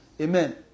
Amen